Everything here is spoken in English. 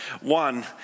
One